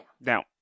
Now